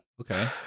okay